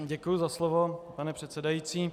Děkuji za slovo, pane předsedající.